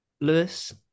Lewis